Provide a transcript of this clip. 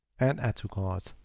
and add to cart,